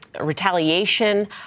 retaliation